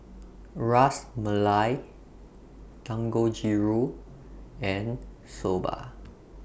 Ras Malai Dangojiru and Soba